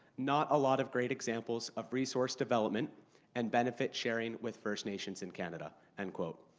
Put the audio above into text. not a lot of great examples of resource development and benefit sharing with first nations in canada, end quote.